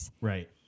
right